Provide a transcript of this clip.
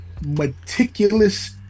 meticulous